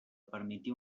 permetia